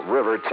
River